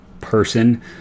person